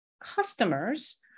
customers